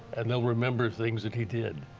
and they'll remember things that he did.